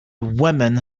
woman